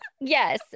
Yes